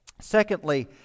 secondly